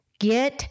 get